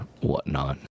whatnot